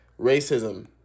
racism